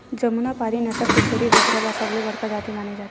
जमुनापारी नसल के छेरी बोकरा ल सबले बड़का जाति माने जाथे